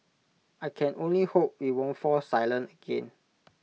I can only hope we won't fall silent again